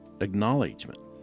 acknowledgement